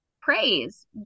praise